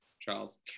Charles